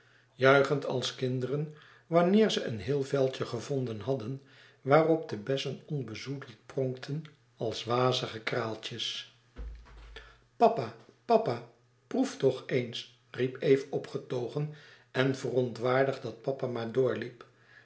juichend als kinderen wanneer ze een heel veldje gevonden hadden waarop de bessen onbezoedeld pronkten als wazige kraaltjes papa papa proef toch eens riep eve opgetogen en verontwaardigd dat papa maar doorliep